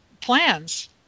plans